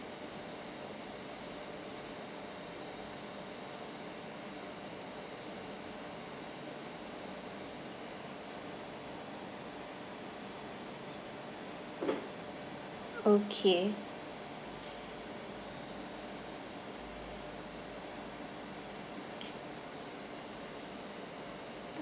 okay